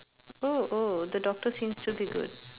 oh oh the doctor seems to be good